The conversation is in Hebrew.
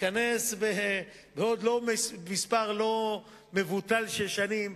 תתבטא בעוד מספר לא מבוטל של שנים,